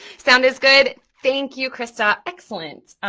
sounds good, thank you krista, excellent.